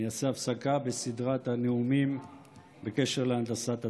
אני אעשה הפסקה בסדרת הנאומים בקשר להנדסת התודעה.